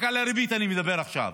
רק על הריבית אני מדבר עכשיו,